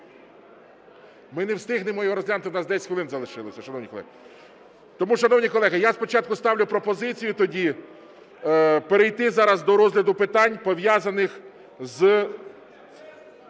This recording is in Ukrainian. Ми не встигнемо його розглянути, у нас 10 хвилин залишилося, шановні колеги. Тому, шановні колеги, я спочатку ставлю пропозицію тоді перейти зараз до розгляду питань, пов'язаних з